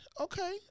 okay